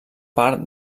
part